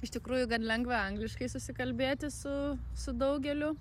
iš tikrųjų gan lengva angliškai susikalbėti su su daugeliu